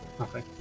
Okay